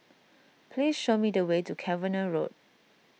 please show me the way to Cavenagh Road